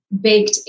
baked